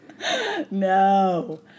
no